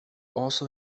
also